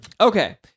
Okay